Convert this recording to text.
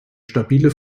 stabile